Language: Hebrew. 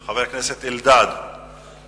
חבר הכנסת אלדד הוא